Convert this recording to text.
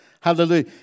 Hallelujah